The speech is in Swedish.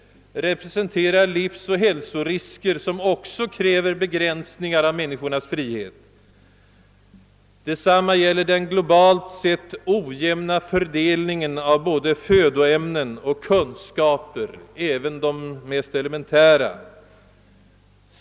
representerar livsoch hälsorisker, som också kräver begränsningar av människornas frihet. Detsamma gäller den globalt sett ojämna fördelningen av både födoämnen och kunskaper, även de mest elementära.